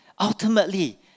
Ultimately